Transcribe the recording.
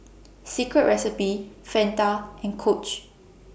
Secret Recipe Fanta and Coach